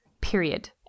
period